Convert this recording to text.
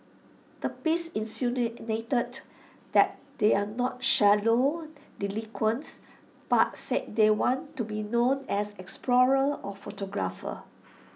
the piece insinuated that they are not shallow delinquents but said they want to be known as explorers or photographers